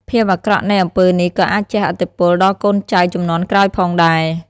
ភាពអាក្រក់នៃអំពើនេះក៏អាចជះឥទ្ធិពលដល់កូនចៅជំនាន់ក្រោយផងដែរ។